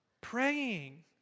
praying